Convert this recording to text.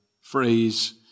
phrase